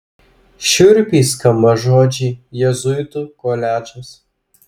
šiurpiai skamba žodžiai jėzuitų koledžas